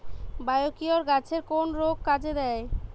Biocure গাছের কোন রোগে কাজেদেয়?